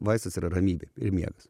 vaistas yra ramybė ir miegas